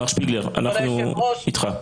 מר שפיגלר, אנחנו איתך.